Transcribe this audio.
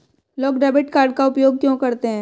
लोग debit card का उपयोग क्यों करते हैं?